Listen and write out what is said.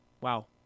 Wow